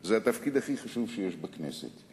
זה התפקיד הכי חשוב שיש בכנסת.